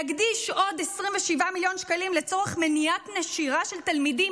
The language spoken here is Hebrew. להקדיש עוד 27 מיליון שקלים לצורך מניעת נשירה של תלמידים